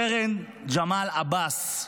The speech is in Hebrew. סרן ג'מאל עבאס,